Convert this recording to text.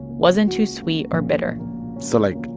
wasn't too sweet or bitter so, like,